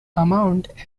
amount